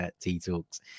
T-Talks